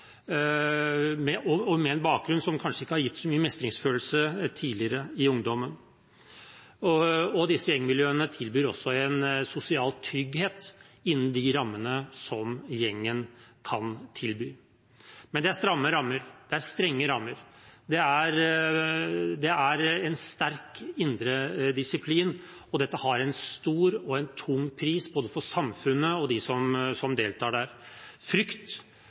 og de har en bakgrunn som kanskje ikke har gitt så mye mestringsfølelse tidligere i ungdommen. Disse gjengmiljøene gir også sosial trygghet innen de rammene som gjengen kan tilby. Men det er stramme rammer, og det er strenge rammer. Det er sterk indre disiplin, og det har en stor og tung pris både for samfunnet og for dem som deltar. Frykt